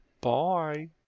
Bye